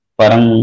parang